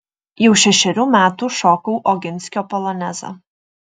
jau šešerių metų šokau oginskio polonezą